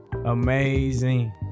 amazing